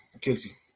Casey